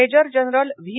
major general V